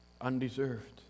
undeserved